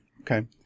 Okay